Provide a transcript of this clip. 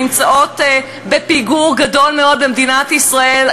נמצאות בפיגור גדול מאוד במדינת ישראל,